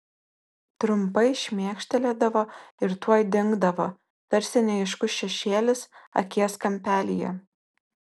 trumpai šmėkštelėdavo ir tuoj dingdavo tarsi neaiškus šešėlis akies kampelyje